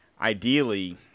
ideally